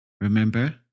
remember